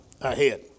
ahead